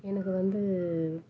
எனக்கு வந்து